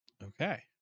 Okay